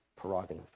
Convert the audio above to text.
prerogative